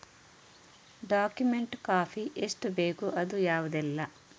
Document copy ಎಷ್ಟು ಬೇಕು ಅದು ಯಾವುದೆಲ್ಲ?